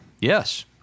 Yes